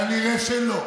כנראה שלא.